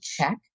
check